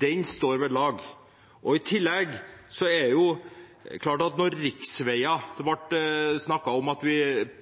Den står ved lag. Det ble snakket om at staten